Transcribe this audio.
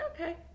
okay